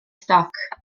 stoc